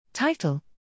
Title